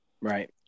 Right